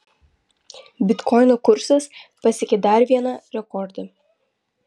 bitkoino kursas pasiekė dar vieną rekordą